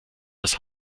das